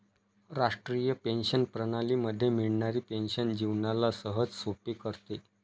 राष्ट्रीय पेंशन प्रणाली मध्ये मिळणारी पेन्शन जीवनाला सहजसोपे करते